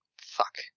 Fuck